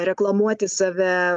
reklamuoti save